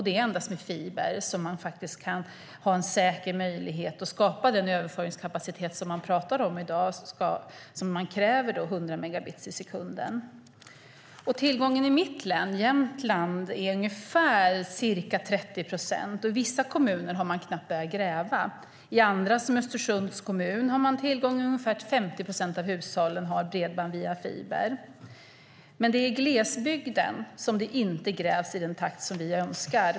Det är endast med fiber som man kan ha en säker möjlighet att skapa den överföringskapacitet som man kräver, nämligen 100 megabit per sekund. I mitt län Jämtland är det ungefär 30 procent som har tillgång till bredband via fiber. I vissa kommuner har man knappt börjat gräva. I till exempel Östersunds kommun har mer än 50 procent av hushållen tillgång till bredband via fiber. Men det är i glesbygden som det inte grävs i den takt som vi önskar.